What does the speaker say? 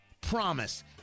promise